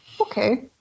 okay